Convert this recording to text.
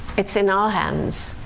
it's in our hands.